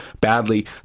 badly